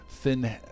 Thin